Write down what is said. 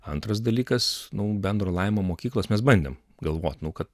antras dalykas nu bendro lavinimo mokyklos mes bandėm galvot nu kad